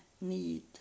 need